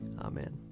Amen